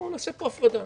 ונעשה פה הפרדה.